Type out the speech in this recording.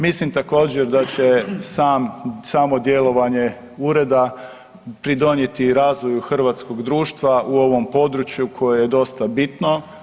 Mislim također da će samo djelovanje ureda pridonijeti razvoju hrvatskog društva u ovom području koje je dosta bitno.